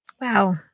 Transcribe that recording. wow